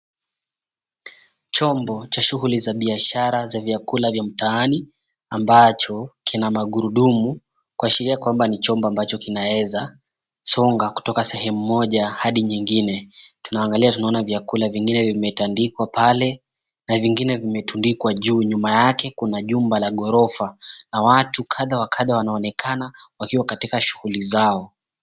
Chombo cha shughuli za biashara za vyakula vya mtaani ambacho kina magurudumu kuashiria kwamba ni chombo ambacho kinaeza songa kutoka sehemu moja hadi nyengine. Tunaangalia tunaona vyakula vyengine vimetandikwa pale na vingine vimetundikwa juu. Nyuma yake kuna jumba la ghorofa na watu kadha wa kadha wanaonekana wakiwa katika shughuli zao.